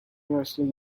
wrestling